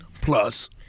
plus